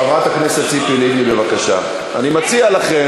מה זה?